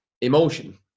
emotion